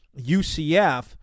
UCF